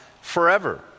forever